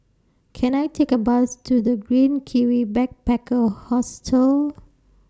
Can I Take A Bus to The Green Kiwi Backpacker Hostel